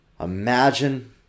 Imagine